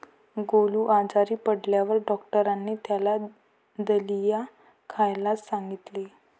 गोलू आजारी पडल्यावर डॉक्टरांनी त्याला दलिया खाण्यास सांगितले